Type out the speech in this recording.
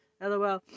LOL